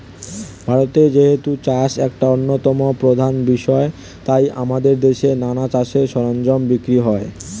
ভারতে যেহেতু চাষ একটা অন্যতম প্রধান বিষয় তাই আমাদের দেশে নানা চাষের সরঞ্জাম বিক্রি হয়